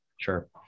Sure